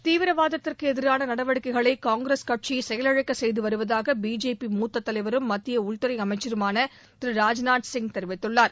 தீவிரவாதத்திற்கு எதிரான நடவடிக்கைகளை காங்கிரஸ் கட்சி செயலிழக்க செய்து வருவதாக பிஜேபி மூத்தத் தலைவரும் மத்திய உள்துறை அமைச்சருமான திரு ராஜ்நாத் சிங் தெரிவித்துள்ளார்